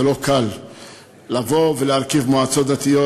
זה לא קל לבוא ולהרכיב מועצות דתיות,